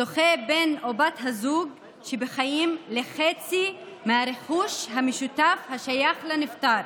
זוכה בן או בת הזוג שבחיים לחצי מהרכוש המשותף השייך לנפטר.